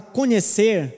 conhecer